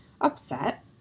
upset